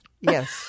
Yes